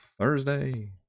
Thursday